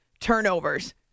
turnovers